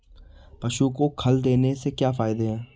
पशु को खल देने से क्या फायदे हैं?